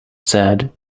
said